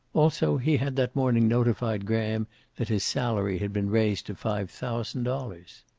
also, he had that morning notified graham that his salary had been raised to five thousand dollars.